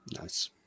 Nice